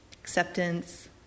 Acceptance